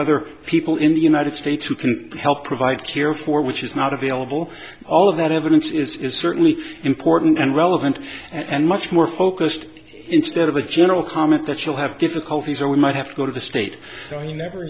other people in the united states who can help provide here for which is not available all of that evidence is certainly important and relevant and much more focused instead of a general comment that she'll have difficulties or we might have to go to the state